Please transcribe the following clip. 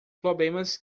problemas